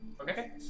Okay